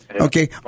Okay